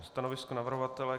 Stanovisko navrhovatele k A3?